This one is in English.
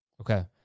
Okay